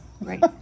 right